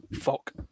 fuck